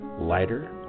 lighter